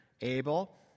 Abel